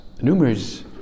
numerous